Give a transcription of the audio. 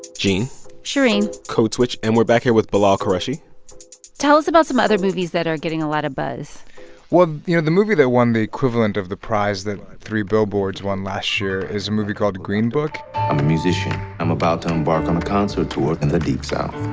gene shereen code switch, and we're back here with bilal qureshi tell us about some other movies that are getting a lot of buzz well, you know, the movie that won the equivalent of the prize that three billboards won last year is a movie called green book. i'm a musician. i'm about to embark on a concert tour in the deep south.